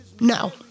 No